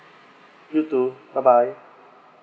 you too bye bye